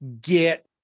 Get